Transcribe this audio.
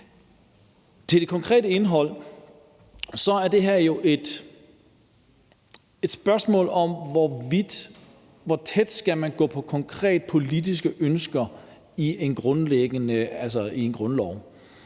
det konkrete indhold, er det her jo et spørgsmål om, hvorvidt og hvor tæt på konkrete politiske ønsker man skal